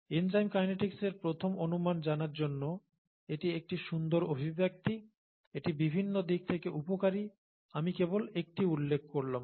enzyme কাইনেটিক্সের প্রথম অনুমান জানার জন্য এটি একটি সুন্দর অভিব্যক্তি এটি বিভিন্ন দিক থেকে উপকারী আমি কেবল একটি উল্লেখ করলাম